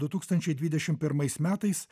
du tūkstančiai dvidešim pirmais metais